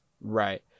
right